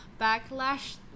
backlash